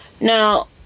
Now